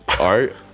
art